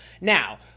Now